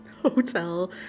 hotel